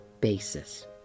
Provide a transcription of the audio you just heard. basis